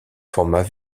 format